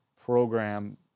program